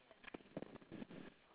oh ya lah wait ah